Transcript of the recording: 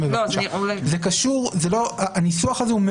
אני רוצה להודיע לאזרחים על שעות הפתיחה